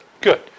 Good